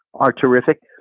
are terrific.